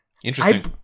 Interesting